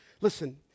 Listen